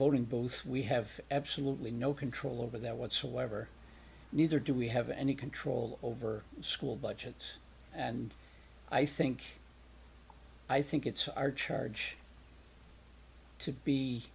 voting both we have absolutely no control over that whatsoever neither do we have any control over school budgets and i think i think it's our charge to be